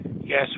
Yes